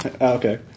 Okay